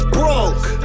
broke